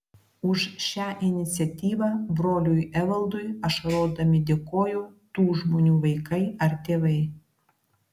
už šią iniciatyvą broliui evaldui ašarodami dėkojo tų žmonių vaikai ar tėvai